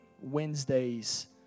Wednesdays